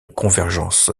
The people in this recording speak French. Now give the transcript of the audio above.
convergence